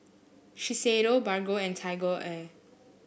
Shiseido Bargo and TigerAir